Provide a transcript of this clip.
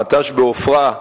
המט"ש בעופרה,